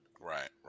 Right